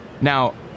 now